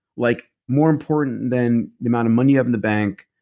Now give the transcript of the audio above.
like more important than the amount of money you have in the bank,